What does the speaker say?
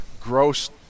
gross